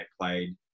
played